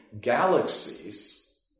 galaxies